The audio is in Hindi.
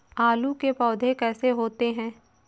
आलू के पौधे कैसे होते हैं?